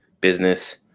business